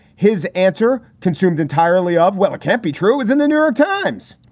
his answer consumed entirely off. well, it can't be true. is it the new york times?